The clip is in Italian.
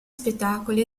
spettacoli